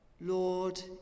Lord